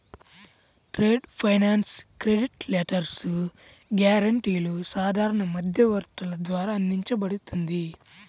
trade finance credit letters, గ్యారెంటీలు సాధారణ మధ్యవర్తుల ద్వారా అందించబడుతుంది